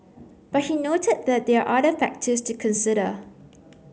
but he noted that there are other factors to consider